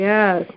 Yes